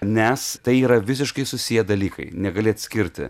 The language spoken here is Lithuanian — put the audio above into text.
nes tai yra visiškai susiję dalykai negali atskirti